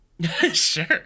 Sure